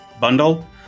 bundle